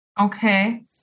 Okay